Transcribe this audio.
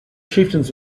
chieftains